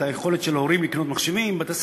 את היכולת של ההורים לקנות מחשבים ושל בתי-ספר.